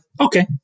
okay